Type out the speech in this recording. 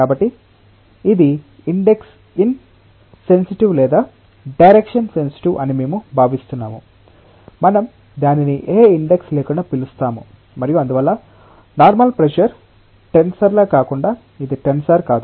కాబట్టి ఇది index insensitive లేదా డైరెక్షన్ సెన్సిటివ్ అని మేము భావిస్తున్నాము మనం దానిని ఏ ఇండెక్స్ లేకుండా పిలుస్తాము మరియు అందువల్ల నార్మల్ ప్రెషర్ టెన్సర్లా కాకుండా ఇది టెన్సర్ కాదు